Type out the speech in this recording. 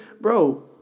bro